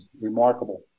Remarkable